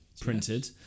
printed